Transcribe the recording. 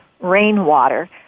rainwater